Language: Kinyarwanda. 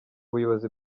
buyobozi